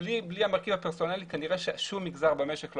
בלי המרכיב הפרסונלי כנראה ששום מגזר במשק לא